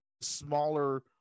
smaller